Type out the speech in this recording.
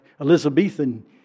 Elizabethan